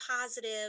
positive